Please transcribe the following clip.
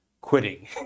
quitting